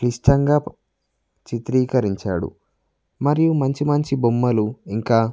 క్లిష్టంగా చిత్రీకరించాడు మరియు మంచి మంచి బొమ్మలు ఇంకా